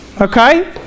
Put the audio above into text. okay